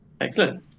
Excellent